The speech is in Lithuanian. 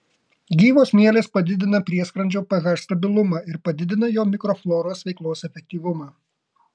gyvos mielės padidina prieskrandžio ph stabilumą ir padidina jo mikrofloros veiklos efektyvumą